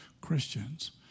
Christians